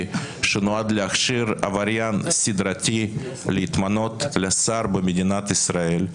שנועד להכשיר עבריין סדרתי להתמנות לשר במדינת ישראל,